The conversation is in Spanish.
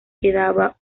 quedaba